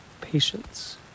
patience